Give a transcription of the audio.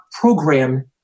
program